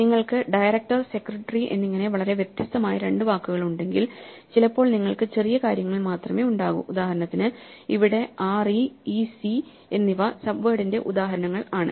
നിങ്ങൾക്ക് director secretary എന്നിങ്ങനെ വളരെ വ്യത്യസ്തമായ രണ്ട് വാക്കുകൾ ഉണ്ടെങ്കിൽ ചിലപ്പോൾ നിങ്ങൾക്ക് ചെറിയ കാര്യങ്ങൾ മാത്രമേ ഉണ്ടാകൂ ഉദാഹരണത്തിന് ഇവിടെ r e e c എന്നിവ സബ്വേഡിന്റെ ഉദാഹരണങ്ങൾ ആണ്